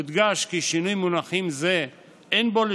יודגש כי שינוי מונחים זה אין בו כדי